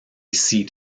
seat